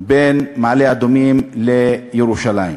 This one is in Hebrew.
בין מעלה-אדומים לירושלים.